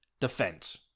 defense